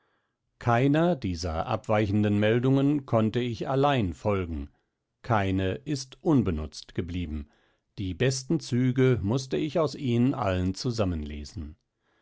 keiner dieser abweichenden meldungen konnte ich allein folgen keine ist unbenutzt geblieben die besten züge muste ich aus ihnen allen zusammenlesen